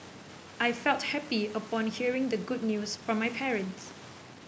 I felt happy upon hearing the good news from my parents